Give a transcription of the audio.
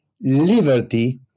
liberty